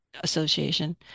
Association